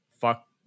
fuck